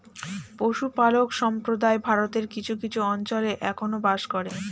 পশুপালক সম্প্রদায় ভারতের কিছু কিছু অঞ্চলে এখনো বাস করে